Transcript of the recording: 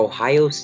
Ohio